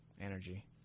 energy